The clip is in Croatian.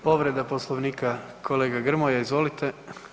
Povreda Poslovnika kolega Grmoja izvolite.